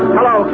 Hello